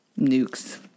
nukes